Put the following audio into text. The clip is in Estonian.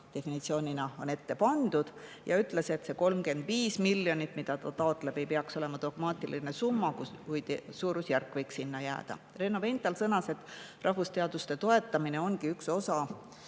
eelnõus on ette pandud. Ka ütles ta, et see 35 miljonit, mida ta taotleb, ei peaks olema dogmaatiline summa, suurusjärk võiks olla selline. Renno Veinthal sõnas, et rahvusteaduste toetamine ongi üks osa